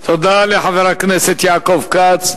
תודה לחבר הכנסת יעקב כץ.